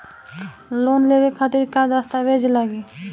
Loan लेवे खातिर का का दस्तावेज लागी?